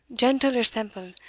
gentle or semple,